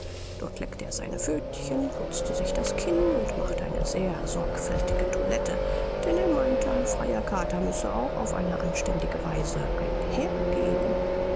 dort leckte er seine pfötchen putzte sich das kinn und machte eine sehr sorgfältige toilette denn er meinte ein freier kater müsse auch auf eine anständige weise einhergehen